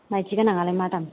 माइदि गोनांआलाय मा दाम